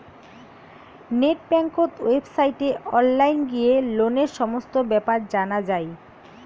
net বেংকত ওয়েবসাইটে online গিয়ে লোনের সমস্ত বেপার জানা যাই